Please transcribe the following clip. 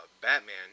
batman